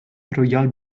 royal